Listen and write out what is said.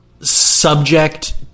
subject